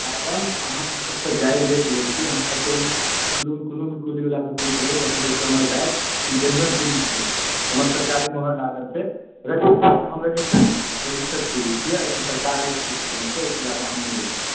madam अहाँकेॅं सबसँ जायज रेट लए छी अहाँ कतौ भी कोनो भी कुलीवलासँ पुछि लेबै हे देखियौ हमर बैग जेनुइन कुली छियै हमर सरकारी मोहर लागल छै रजिस्टर हम कुली छियै आ सरकार रेट फिक्स केने छै ओहिसँ जादा हम नहि लै छियै